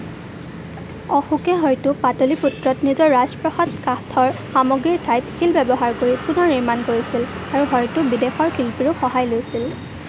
অশোকে হয়তো পাটলিপুত্ৰত নিজৰ ৰাজপ্ৰসাদ কাঠৰ সামগ্ৰীৰ ঠাইত শিল ব্যৱহাৰ কৰি পুনৰ নিৰ্মাণ কৰিছিল আৰু হয়তো বিদেশৰ শিল্পীৰো সহায় লৈছিল